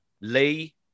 Lee